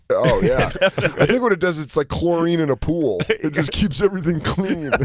oh yeah, i think what it does, it's like chlorine in a pool, because keeps everything clean.